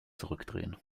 zurückdrehen